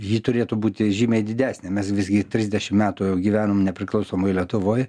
ji turėtų būti žymiai didesnė mes visgi trisdešim metų jau gyvenam nepriklausomoj lietuvoj